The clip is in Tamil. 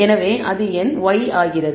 எனவே அது என் y ஆகிறது